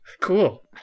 cool